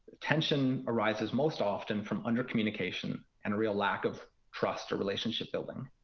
tension arises most often from under-communication and a real lack of trust or relationship-building.